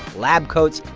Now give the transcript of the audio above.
lab coats,